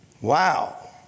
Wow